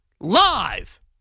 Live